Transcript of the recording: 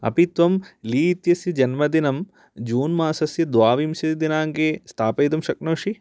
अपि त्वं ली इत्यस्य जन्मदिनं जून् मासस्य द्वाविंशतिदिनाङ्के स्थापयितुं शक्नोषि